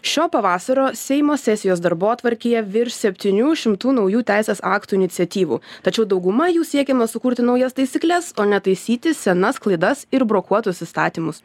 šio pavasario seimo sesijos darbotvarkėje virš septynių šimtų naujų teisės aktų iniciatyvų tačiau dauguma jų siekiama sukurti naujas taisykles o ne taisyti senas klaidas ir brokuotus įstatymus